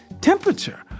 temperature